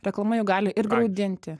reklama jau gali ir graudinti